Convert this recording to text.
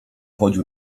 chodził